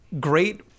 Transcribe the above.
great